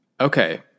Okay